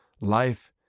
life